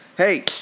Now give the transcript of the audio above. Hey